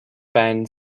bend